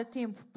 tempo